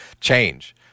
change